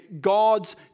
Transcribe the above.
God's